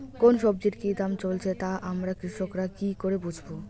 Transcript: কোন সব্জির কি দাম চলছে তা আমরা কৃষক রা কি করে বুঝবো?